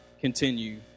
continue